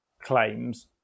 claims